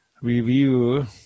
review